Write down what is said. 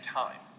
time